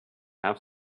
have